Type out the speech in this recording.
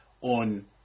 on